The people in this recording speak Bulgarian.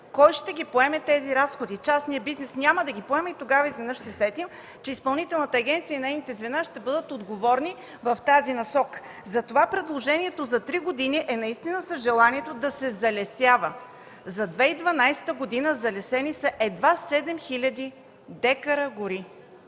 Кой ще поеме тези разходи? Частният бизнес няма да ги поеме и тогава изведнъж ще се сетим, че изпълнителната агенция и нейните звена ще бъдат отговорни в тази насока. Затова предложението за три години е наистина с желанието да се залесява. За 2012 г. са залесени едва седем хиляди декари гори